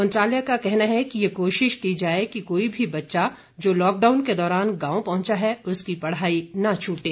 मंत्रालय का कहना है कि ये कोशिश की जाये कि कोई भी बच्चा जो लॉकडाउन के दौरान गांव पहुंचा है उसकी पढ़ाई न छूटे